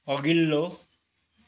अघिल्लो